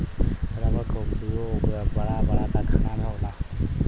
रबड़ क उपयोग बड़ा बड़ा कारखाना में होला